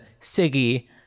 Siggy